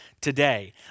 today